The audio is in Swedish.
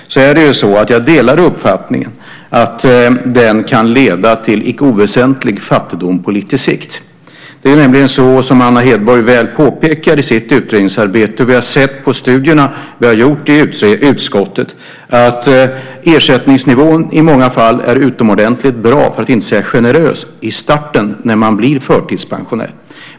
Jag delar uppfattningen att den kan leda till icke oväsentlig fattigdom på lite sikt. Som Anna Hedborg väl pekar på i sitt utredningsarbete är - och vi ser det också av studier som vi gjort i utskottet - ersättningsnivån i många fall utomordentligt bra, för att inte säga generös, vid starten när man blir förtidspensionär.